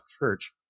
church